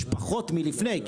יש פחות מלפני.